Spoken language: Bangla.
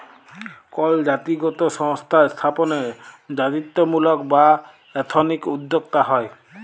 কল জাতিগত সংস্থা স্থাপনে জাতিত্বমূলক বা এথনিক উদ্যক্তা হ্যয়